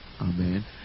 Amen